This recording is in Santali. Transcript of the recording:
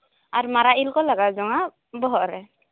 ᱟᱨ ᱢᱟᱨᱟᱜ ᱤᱞ ᱠᱚ ᱞᱟᱜᱟᱣ ᱡᱚᱝᱟ ᱵᱚᱦᱚᱜ ᱨᱮ